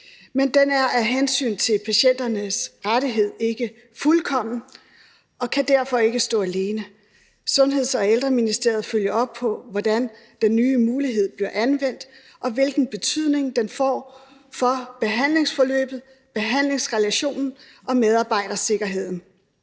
men den er af hensyn til patienternes rettigheder ikke fuldkommen og kan derfor ikke stå alene. Sundheds- og Ældreministeriet følger op på, hvordan den nye mulighed bliver anvendt, og hvilken betydning den får for behandlingsforløb, behandlingsrelationen og medarbejdersikkerheden.